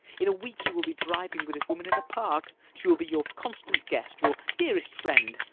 in a week you will be driving with this woman in the park. she will be your constant guest your dearest friend.